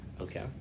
okay